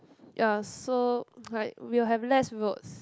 ya so like we will have less roads